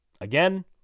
again